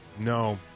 no